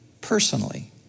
personally